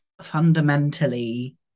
fundamentally